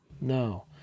No